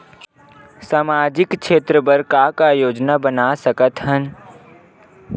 सामाजिक क्षेत्र बर का का योजना बना सकत हन?